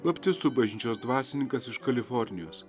baptistų bažnyčios dvasininkas iš kalifornijos